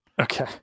Okay